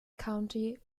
county